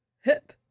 Hip